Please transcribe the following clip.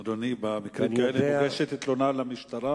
אדוני, במקרים כאלה מוגשת תלונה למשטרה.